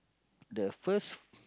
the first